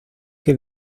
que